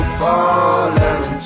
falling